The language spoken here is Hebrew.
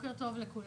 בוקר טוב לכולם.